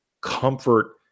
comfort